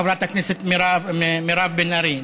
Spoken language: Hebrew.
חברת הכנסת מירב בן-ארי,